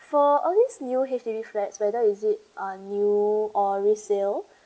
for always new H_D_B flats whether is it a new or resale